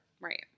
Right